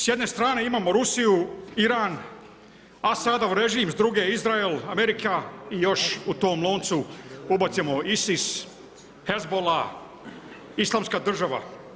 S jedne strane imamo Rusiju, Iran, a sada režim s druge Izrael, Amerika i još u tom loncu ubacimo ISIS, Hezbollah, islamska država.